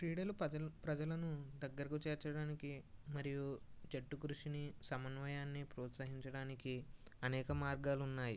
క్రీడలు పజలు ప్రజలను దగ్గరకు చేర్చడానికి మరియు జట్టు కృషిని సమన్వయాన్ని ప్రోత్సహించడానికి అనేక మార్గాలున్నాయి